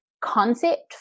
concept